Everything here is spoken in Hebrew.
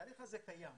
התהליך הזה קיים.